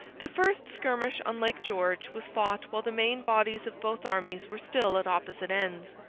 the first skirmish on lake george was fought while the main bodies of both armies were still at opposite ends.